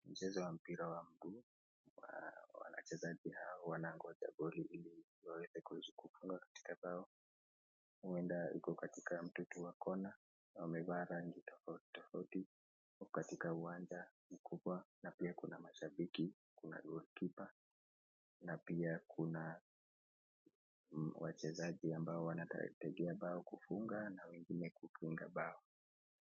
mchezo wa mpira wa miguu wanachezaji hawa wanangoja goli ili waweze kuzifunga katika bao. Huenda iko katika mtutu wa kona na wamevaa rangi tofauti tofauti wako katika uwanja mkubwa na pia kuna mashabiki, kuna golikipa na pia kuna wachezaji ambao wanategea bao kufunga na wengine kufunga bao.